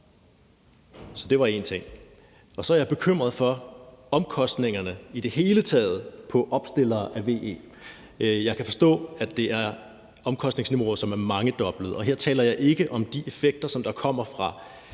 Det var én ting. Så er jeg bekymret for omkostningerne i det hele taget for opstillere af VE. Jeg kan forstå, at det er omkostningsniveauer, som er mangedoblet, og her taler jeg ikke om de effekter, som kommer fra